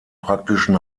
praktischen